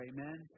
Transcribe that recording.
Amen